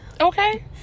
Okay